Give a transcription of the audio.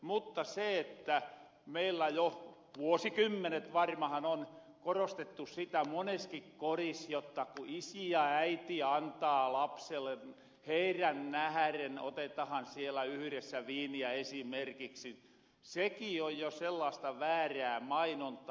mutta seki että meillä jo vuosikymmenet varmahan on korostettu sitä moneski kodis jotta ku isi ja äiti antaa lapselle heirän nähren otetahan sielä yhdessä viiniä esimerkiksi on jo sellasta väärää mainontaa